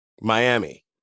Miami